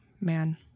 Man